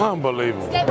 Unbelievable